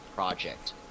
Project